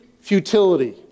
futility